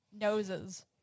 noses